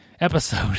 episode